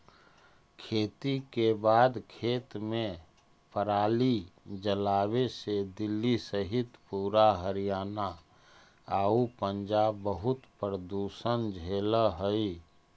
खेती के बाद खेत में पराली जलावे से दिल्ली सहित पूरा हरियाणा आउ पंजाब बहुत प्रदूषण झेलऽ हइ